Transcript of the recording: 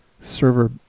server